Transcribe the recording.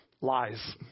lies